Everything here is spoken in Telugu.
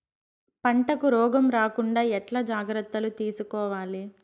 పంటకు రోగం రాకుండా ఎట్లా జాగ్రత్తలు తీసుకోవాలి?